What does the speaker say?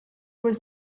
was